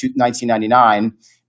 1999